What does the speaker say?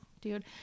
dude